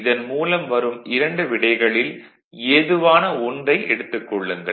இதன் மூலம் வரும் 2 விடைகளில் ஏதுவான ஒன்றை எடுத்துக் கொள்ளுங்கள்